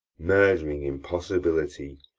murdering impossibility,